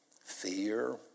fear